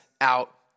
out